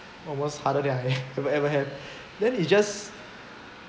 almost harder than I have ever had then you just